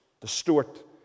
distort